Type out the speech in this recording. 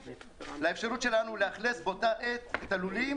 לאפשרות שלנו לאכלס באותה עת את הלולים,